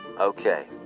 okay